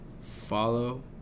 follow